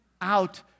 out